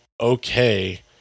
okay